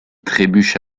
trébuche